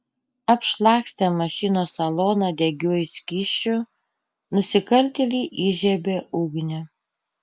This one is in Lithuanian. apšlakstę mašinos saloną degiuoju skysčiu nusikaltėliai įžiebė ugnį